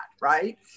right